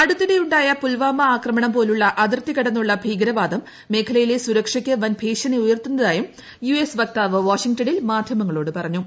അടുത്തിടെ ഉണ്ടായ പുൽവാമ ആക്രമണം പോലുള്ള അതിർത്തി കടന്നുള്ള ഭീകരവാദം മേഖലയിലെ സുരക്ഷയ്ക്ക് വൻ ഭീഷണി ഉയർത്തുന്നതായും യു എസ് വക്താവ് വാഷിംഗ്ടണിൽ മാധ്യമങ്ങളോട് പറഞ്ഞു